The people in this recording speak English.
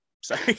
sorry